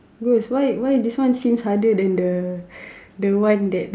why why this one seems harder than the the one that